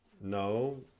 No